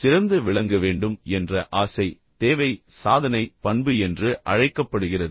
சிறந்து விளங்க வேண்டும் என்ற ஆசை தேவை சாதனை பண்பு என்று அழைக்கப்படுகிறது